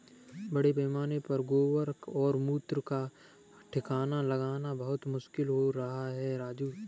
बड़े पैमाने पर गोबर और मूत्र का ठिकाना लगाना बहुत मुश्किल हो रहा है राजू